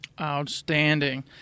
Outstanding